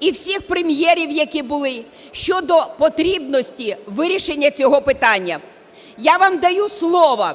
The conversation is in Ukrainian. і всіх Прем'єрів, які були, щодо потрібності вирішення цього питання. Я вам даю слово,